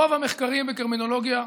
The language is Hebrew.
רוב המחקרים בקרימינולוגיה,